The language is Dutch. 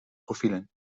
profielen